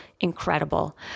Incredible